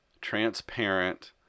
transparent